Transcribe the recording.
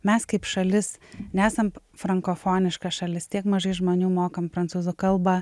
mes kaip šalis nesam frankofoniška šalis tiek mažai žmonių mokam prancūzų kalbą